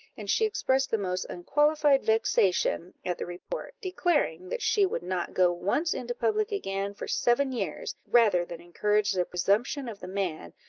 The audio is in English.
and she expressed the most unqualified vexation at the report, declaring that she would not go once into public again for seven years, rather than encourage the presumption of the man,